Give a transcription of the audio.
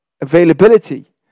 availability